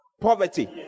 poverty